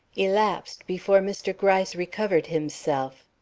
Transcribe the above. elapsed before mr. gryce recovered himself.